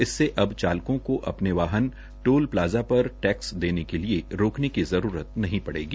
इससे अब चालकों को अपने वाहन टोल प्लाजा पर टैक्स देने के लिए रोकने की जरूरत नहीं पड़ेगी